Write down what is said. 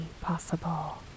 possible